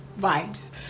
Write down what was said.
vibes